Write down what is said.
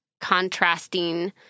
contrasting